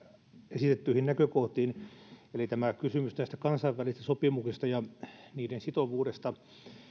esitettyihin näkökohtiin tämä kysymys näistä kansainvälisistä sopimuksista ja niiden sitovuudesta